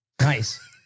Nice